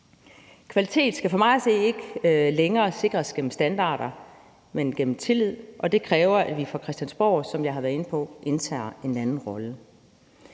at se ikke længere sikres gennem standarder, men gennem tillid, og det kræver, at vi på Christiansborg, som jeg har været inde på, indtager en anden rolle.